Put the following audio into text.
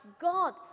God